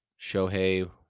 Shohei